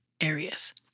areas